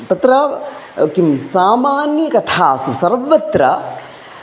तत्र किं सामान्यकथासु सर्वत्र